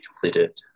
completed